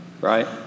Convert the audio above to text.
right